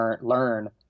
learn